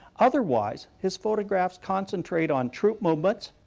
otherwise, his photographs concentrate on troop movements,